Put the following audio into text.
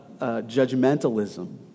judgmentalism